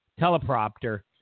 teleprompter